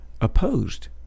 opposed